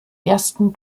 ersten